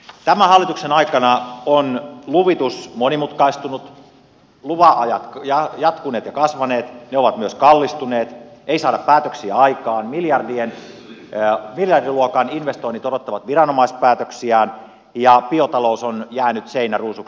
tämän hallituksen aikana on luvitus monimutkaistunut lupien käsittelyajat pidentyneet luvat ovat myös kallistuneet ei saada päätöksiä aikaan miljardiluokan investoinnit odottavat viranomaispäätöksiään ja biotalous on jäänyt seinäruusuksi